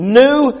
new